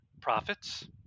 profits